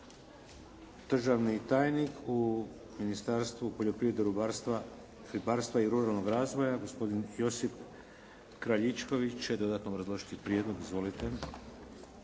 Državni tajnik u Ministarstvu poljoprivrede, ribarstva i ruralnog razvoja gospodin Josip Kraljičković će dodatno obrazložiti prijedlog. Izvolite.